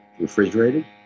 refrigerated